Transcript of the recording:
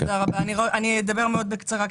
אני אדבר מאוד בקצרה.